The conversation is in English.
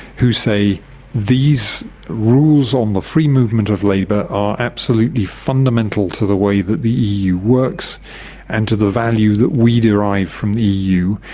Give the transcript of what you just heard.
who say these rules on the free movement of labour are absolutely fundamental to the way that the eu works and to the value that we derive from the eu,